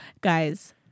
guys